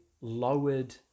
lowered